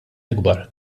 ikbar